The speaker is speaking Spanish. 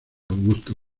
augusto